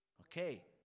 Okay